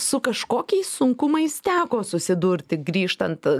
su kažkokiais sunkumais teko susidurti grįžtant